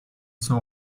s’en